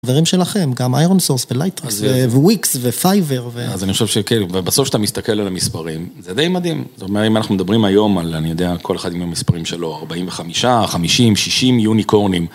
דברים שלכם, גם איירון סורס, ולייטרקס, וויקס, ופייבר, ו... אז אני חושב שכן, ובסוף שאתה מסתכל על המספרים, זה די מדהים. זאת אומרת, אם אנחנו מדברים היום על, אני יודע, כל אחד עם המספרים שלו, 45, 50, 60 יוניקורנים.